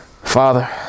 Father